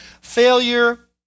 failure